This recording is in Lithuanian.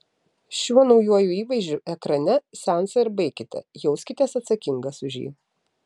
šiuo naujuoju įvaizdžiu ekrane seansą ir baikite jauskitės atsakingas už jį